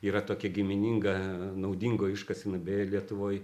yra tokia gimininga naudingų iškasenų beje lietuvoj